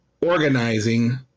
organizing